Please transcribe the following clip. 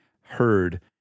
heard